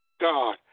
God